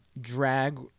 drag